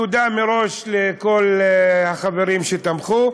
תודה מראש לכל החברים שתמכו,